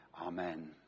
Amen